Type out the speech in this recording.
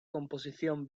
composición